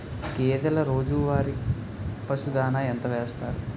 గేదెల రోజువారి పశువు దాణాఎంత వేస్తారు?